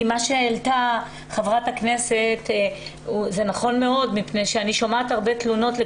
כי מה שהעלתה חברת הכנסת זה נכון מאוד מפני שאני שומעת הרבה תלונות.